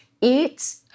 eat